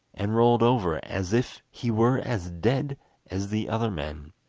and rolled over as if he were as dead as the other men.